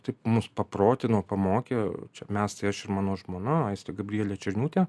taip mus paprotino pamokė čia mes tai aš ir mano žmona aistė gabrielė černiūtė